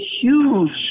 huge